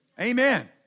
Amen